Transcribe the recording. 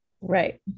Right